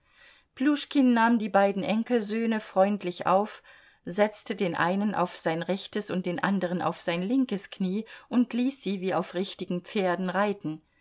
pljuschkin nahm die beiden enkelsöhne freundlich auf setzte den einen auf sein rechtes und den anderen auf sein linkes knie und ließ sie wie auf richtigen pferden reiten